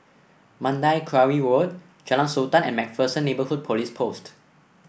Mandai Quarry Road Jalan Sultan and MacPherson Neighbourhood Police Post